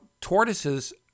tortoises